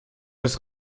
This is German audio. des